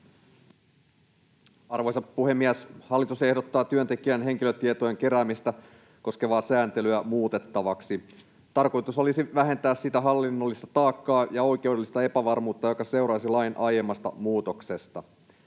Arvoisa puhemies! Hallitus ehdottaa työntekijän henkilötietojen keräämistä koskevaa sääntelyä muutettavaksi. Tarkoitus olisi vähentää sitä hallinnollista taakkaa ja oikeudellista epävarmuutta, joita seurasi lain aiemmasta muutoksesta.